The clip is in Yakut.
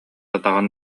атаҕын